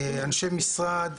אנשי משרד,